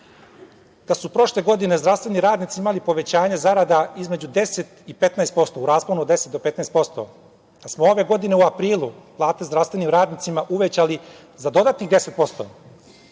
da su prošle godine zdravstveni radnici imali povećanje zarada između 10-15%, a ove godine smo u aprilu plate zdravstvenim radnicima uvećali za dodatnih 10%,